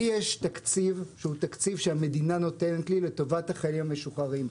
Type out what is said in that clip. לי יש תקציב שהוא תקציב שהמדינה נותנת לי לטובת החיילים המשוחררים.